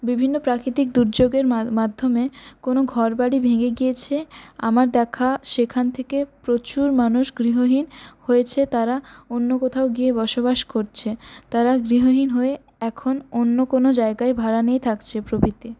বিভিন্ন প্রাকৃতিক দুর্যোগের মাধ্যমে কোনও ঘরবাড়ি ভেঙে গিয়েছে আমার দেখা সেখান থেকে প্রচুর মানুষ গৃহহীন হয়েছে তারা অন্য কোথাও গিয়ে বসবাস করছে তারা গৃহহীন হয়ে এখন অন্য কোনও জায়গায় ভাড়া নিয়ে থাকছে প্রভৃতি